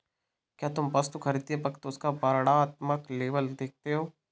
क्या तुम वस्तु खरीदते वक्त उसका वर्णात्मक लेबल देखते हो?